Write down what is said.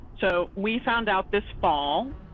so we found out this fall.